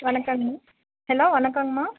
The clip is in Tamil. வணக்கங்க ஹலோ வணக்கங்கம்மா